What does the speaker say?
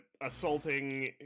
assaulting